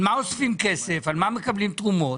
על מה אוספים כסף ועל מה מקבלים תרומות?